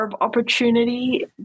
opportunity